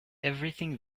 everything